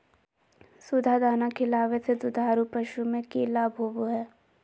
सुधा दाना खिलावे से दुधारू पशु में कि लाभ होबो हय?